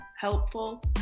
helpful